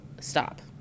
stop